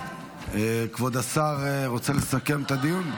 כבוד השר, רוצה לסכם את הדיון?